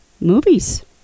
movies